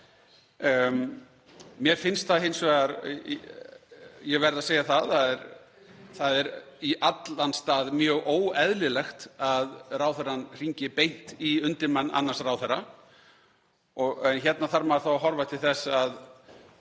Mér finnst það hins vegar, ég verð að segja það, í allan stað mjög óeðlilegt að ráðherrann hringi beint í undirmann annars ráðherra. Hérna þarf maður þá að horfa til þess að